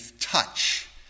touch